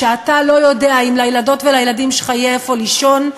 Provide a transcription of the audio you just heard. כשאתה לא יודע אם לילדות ולילדים שלך יהיה איפה לישון,